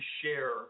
share